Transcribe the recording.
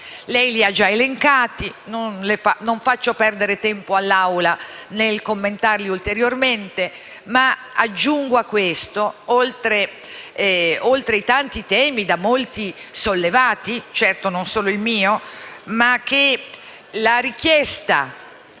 Lei li ha già elencati e non faccio perdere tempo all'Assemblea nel commentarli ulteriormente. Aggiungo a questo, oltre ai tanti temi da molti sollevati (certo non solo al mio), la richiesta